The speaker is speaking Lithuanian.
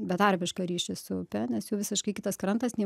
betarpišką ryšį su upe nes jų visiškai kitas krantas nei